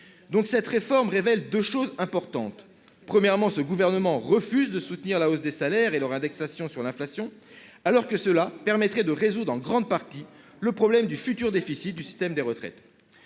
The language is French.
Cette réforme révèle donc deux choses importantes. Premièrement, elle révèle que le Gouvernement refuse de soutenir la hausse des salaires et leur indexation sur l'inflation alors que cela permettrait de résoudre en grande partie le problème du futur déficit du système de retraite.